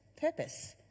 purpose